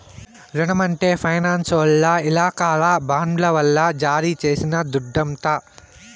రునం అంటే ఫైనాన్సోల్ల ఇలాకాల బాండ్ల వల్ల జారీ చేసిన దుడ్డంట